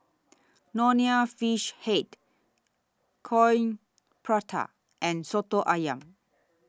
Nonya Fish Head Coin Prata and Soto Ayam